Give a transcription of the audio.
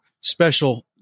special